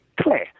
clear